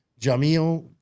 Jamil